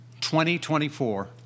2024